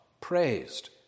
praised